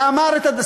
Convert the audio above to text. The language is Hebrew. ואמר את,